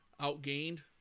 Outgained